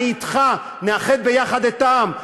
אני אתך, נאחד יחד את העם.